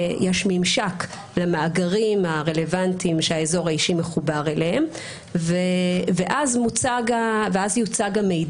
יש ממשק למאגרים הרלוונטיים שהאזור האישי מחובר אליהם ואז יוצג המידע.